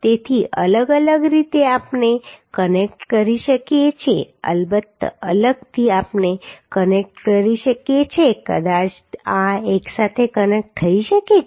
તેથી અલગ અલગ રીતે આપણે કનેક્ટ કરી શકીએ છીએ અલબત્ત અલગથી આપણે કનેક્ટ કરી શકીએ છીએ કદાચ આ એકસાથે કનેક્ટ થઈ શકે છે